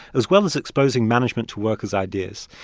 as well as exposing management to workers' ideas.